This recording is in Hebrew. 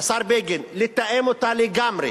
השר בגין, לתאם אותה לגמרי